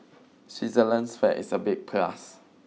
Switzerland's flag is a big plus